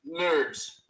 Nerds